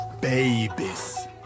babies